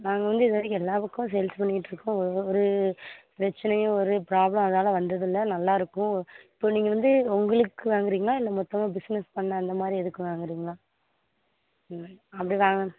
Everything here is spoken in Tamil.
நாங்கள் வந்து இது வரைக்கும் எல்லா பக்கமும் சேல்ஸ் பண்ணிகிட்டுருக்கோம் ஒவ்வொரு பிரச்சினையும் ஒரு பிராப்ளம் அதனால வந்ததில்லை நல்லாயிருக்கும் இப்போது நீங்கள் வந்து உங்களுக்கு வாங்குகிறீங்களா இல்லை மொத்தமாக பிசினஸ் பண்ண அந்தமாதிரி இதுக்கு வாங்குகிறீங்களா ம் அப்படி வாங்கினா